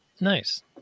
Nice